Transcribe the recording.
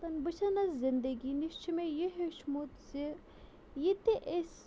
تہٕ بہٕ چھَنَس زندگی نِش چھُ مےٚ یہِ ہیٚچھمُت زِ یہِ تہِ أسۍ